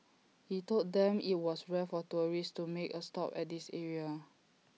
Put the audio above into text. he told them that IT was rare for tourists to make A stop at this area